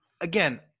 again